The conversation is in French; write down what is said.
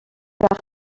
partie